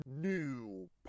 new